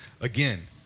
Again